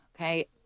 Okay